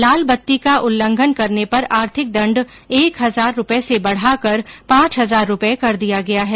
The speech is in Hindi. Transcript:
लाल बत्ती का उल्लंघन करने पर आर्थिक दंड एक हजार रुपये से बढ़ाकर पांच हजार रुपये कर दिया गया है